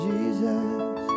Jesus